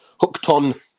hooked-on